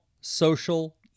social